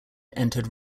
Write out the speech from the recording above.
entered